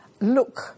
Look